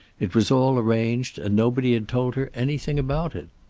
it was all arranged and nobody had told her anything about it.